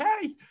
hey